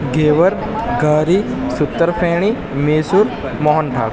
ઘેવર ઘારી સૂતરફેણી મૈસુર મોહનથાળ